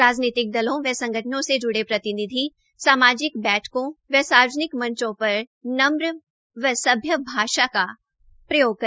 राजनैतिक दलों व संगठनों से जुड़े प्रतिनिधि सामाजिक बैठकों व सार्वजनिक मंचों पर नम्र व सभ्य होने का प्रमाण दे